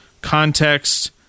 context